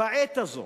בעת הזאת,